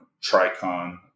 Tricon